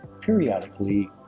periodically